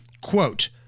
Quote